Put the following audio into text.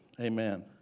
Amen